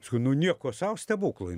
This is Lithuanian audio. paskui nu nieko sau stebuklai